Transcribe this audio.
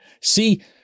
See